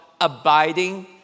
abiding